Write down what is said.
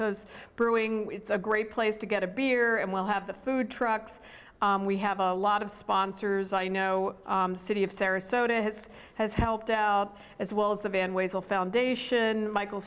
coast brewing it's a great place to get a beer and we'll have the food trucks we have a lot of sponsors i know city of sarasota has has helped out as well as the van ways a foundation michael